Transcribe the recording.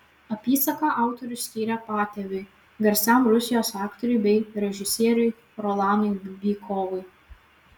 apysaką autorius skyrė patėviui garsiam rusijos aktoriui bei režisieriui rolanui bykovui